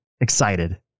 excited